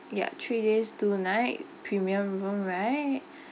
ya three days two night premium room right